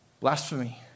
Blasphemy